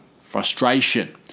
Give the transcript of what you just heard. frustration